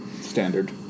Standard